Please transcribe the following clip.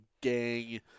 gang